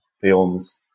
films